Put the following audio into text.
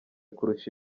kurusha